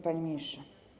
Panie Ministrze!